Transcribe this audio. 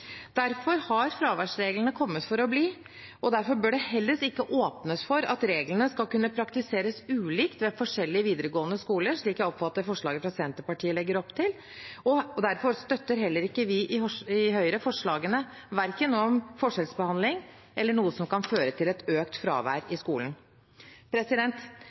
Derfor har fraværsreglene kommet for å bli, og derfor bør det heller ikke åpnes for at reglene skal kunne praktiseres ulikt ved forskjellige videregående skoler, slik jeg oppfatter at forslaget fra Senterpartiet legger opp til. Og derfor støtter heller ikke vi i Høyre forslagene, verken om forskjellsbehandling eller om noe som kan føre til et økt fravær